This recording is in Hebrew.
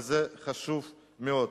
וזה חשוב מאוד.